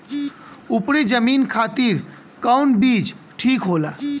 उपरी जमीन खातिर कौन बीज ठीक होला?